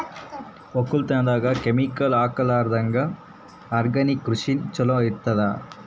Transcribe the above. ಒಕ್ಕಲತನದಾಗ ಕೆಮಿಕಲ್ ಹಾಕಲಾರದಂಗ ಆರ್ಗ್ಯಾನಿಕ್ ಕೃಷಿನ ಚಲೋ ಇರತದ